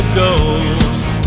ghost